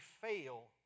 fail